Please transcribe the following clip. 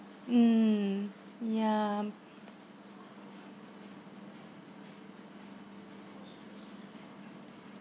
mm ya